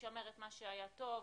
לשמר את מה שהיה טוב,